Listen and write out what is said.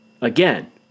Again